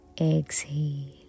Exhale